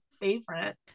favorite